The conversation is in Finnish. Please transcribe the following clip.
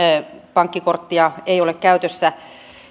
ei ole pankkikorttia käytössä